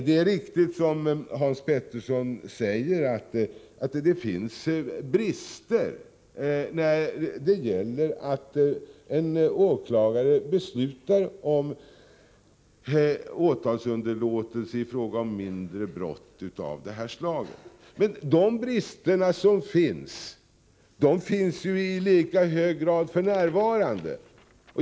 Det är riktigt som Hans Petersson i Röstånga säger, att det finns brister i förslaget när det gäller att en åklagare beslutar om åtalsunderlåtelse i fråga om mindre brott. Men de bristerna finns ju i lika hög grad f. n.